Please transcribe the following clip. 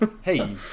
Hey